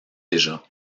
déjà